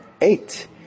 eight